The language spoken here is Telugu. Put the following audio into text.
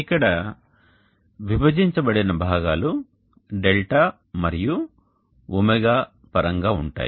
ఇక్కడ విభజించబడిన భాగాలు δ మరియు ω పరంగా ఉంటాయి